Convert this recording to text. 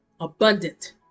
abundant